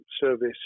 service